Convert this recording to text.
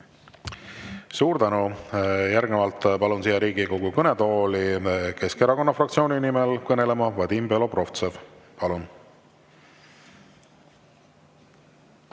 Suur tänu! Järgnevalt palun siia Riigikogu kõnetooli Keskerakonna fraktsiooni nimel kõnelema Vadim Belobrovtsevi. Palun!